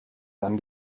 dann